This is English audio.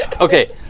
Okay